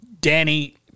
Danny